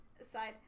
aside